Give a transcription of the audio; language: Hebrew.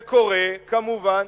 זה קורה, כמובן,